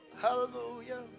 Hallelujah